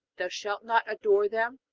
thou shalt not adore them,